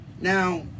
Now